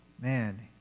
man